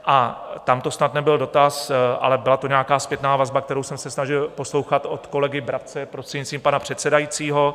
A tamto snad nebyl dotaz, ale byla to nějaká zpětná vazba, kterou jsem se snažil poslouchat od kolegy Brabce, prostřednictvím pana předsedajícího.